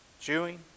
chewing